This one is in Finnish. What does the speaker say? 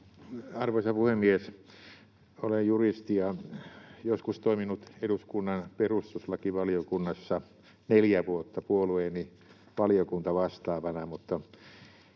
Arvoisa puhemies! Olen juristi ja joskus toiminut eduskunnan perustuslakivaliokunnassa neljä vuotta puolueeni valiokuntavastaavana.